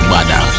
Bada